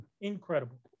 Incredible